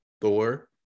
Thor